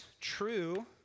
true